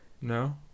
No